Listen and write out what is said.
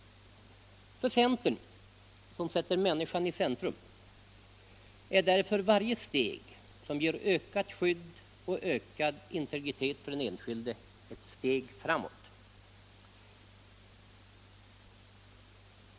För centern — som sätter människan i centrum -— är därför varje steg, som ger ökat skydd och ökat integritet för den enskilde, ett steg framåt.